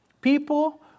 People